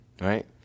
right